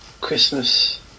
Christmas